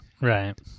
Right